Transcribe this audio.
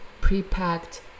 pre-packed